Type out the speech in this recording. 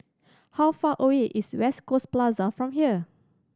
how far away is West Coast Plaza from here